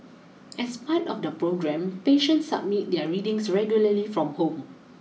as part of the programme patients submit their readings regularly from home